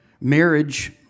Marriage